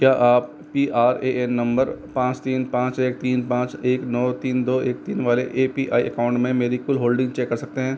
क्या आप P R A N number पाँच तीन पाँच एक तीन पाँच एक नौ तीन दो एक तीन वाले ए पी आई एकाउंट में मेरी कुल होल्डिंग चेक कर सकते हैं